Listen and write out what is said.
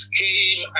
came